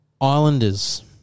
Islanders